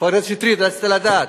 חבר הכנסת שטרית, רצית לדעת.